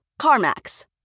CarMax